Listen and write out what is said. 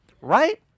Right